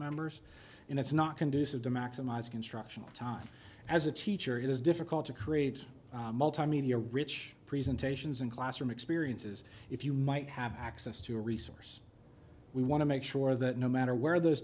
members and it's not conducive to maximize constructional time as a teacher it is difficult to create multimedia rich presentations and classroom experiences if you might have access to a resource we want to make sure that no matter where those